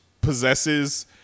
possesses